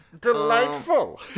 Delightful